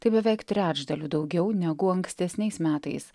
tai beveik trečdaliu daugiau negu ankstesniais metais